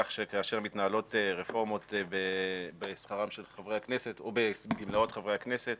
כך שכאשר מתנהלות רפורמות בגמלאות חברי הכנסת